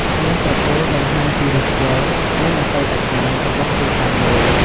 នាមត្រកូលបង្ហាញពីឫសគល់ និង អតីតកាលរបស់គ្រួសារមួយ។